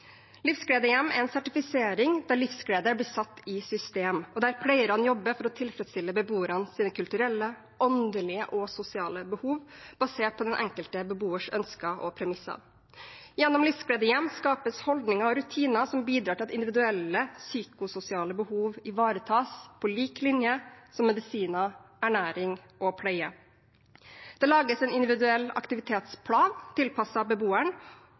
Livsgledehjem er en sertifisering der livsglede blir satt i system, og der pleierne jobber for å tilfredsstille beboernes kulturelle, åndelige og sosiale behov, basert på den enkelte beboers ønsker og premisser. Gjennom Livsgledehjem skapes holdninger og rutiner som bidrar til at individuelle psykososiale behov ivaretas på lik linje med medisiner, ernæring og pleie. Det lages en individuell aktivitetsplan tilpasset beboeren,